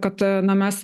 kad na mes